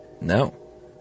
No